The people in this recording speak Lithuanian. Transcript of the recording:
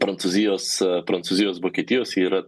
prancūzijos prancūzijos vokietijos ji yra